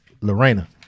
Lorena